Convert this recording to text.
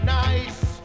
nice